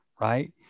right